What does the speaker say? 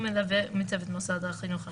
או מלווה מצוות מוסד החינוך האמור,